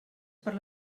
per